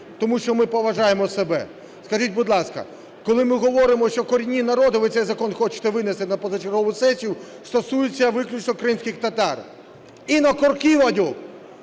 Тому що ми поважаємо себе. Скажіть, будь ласка, коли ми говоримо, що корінні народи, ви цей закон хочете винести на позачергову сесію, стосуються виключно кримських татар. (Вислів